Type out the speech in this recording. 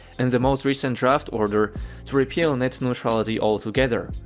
and the most recent draft order to repeal net neutrality altogether.